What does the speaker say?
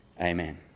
amen